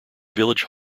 village